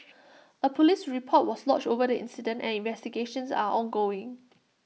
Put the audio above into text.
A Police report was lodged over the incident and investigations are ongoing